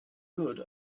good